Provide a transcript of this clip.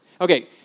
Okay